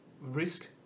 risk